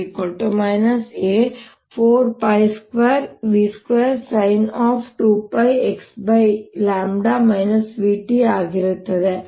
422sin 2πx vt ಆಗಿರುತ್ತದೆ